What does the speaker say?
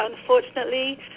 Unfortunately